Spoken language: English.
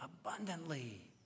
Abundantly